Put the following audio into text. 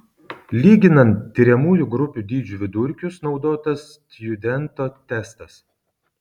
lyginant tiriamųjų grupių dydžių vidurkius naudotas stjudento testas